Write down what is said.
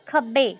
ਖੱਬੇ